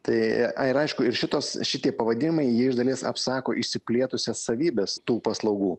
tai ai ir aišku ir šitos šitie pavadinimai jie iš dalies apsako išsiplėtusias savybes tų paslaugų